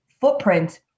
footprint